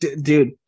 dude